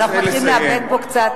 אבל אנחנו מתחילים לאבד פה קצת,